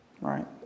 right